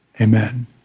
amen